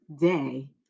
day